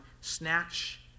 snatch